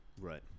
Right